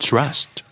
Trust